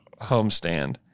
homestand